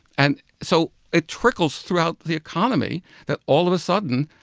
and so it trickles throughout the economy that, all of a sudden,